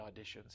auditions